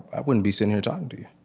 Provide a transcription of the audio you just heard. i wouldn't be sitting here talking to you.